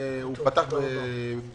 הוא נפתח בינואר.